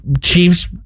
Chiefs